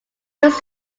was